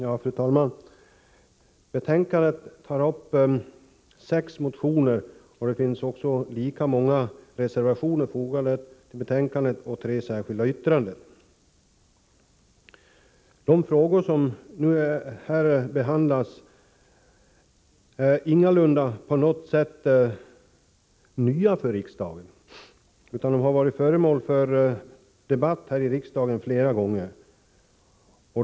Fru talman! I betänkandet tas sex motioner upp, och det finns lika många reservationer och tre särskilda yttranden fogade till det. De frågor som här behandlas är ingalunda nya för riksdagen utan har varit föremål för debatt flera gånger.